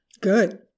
Good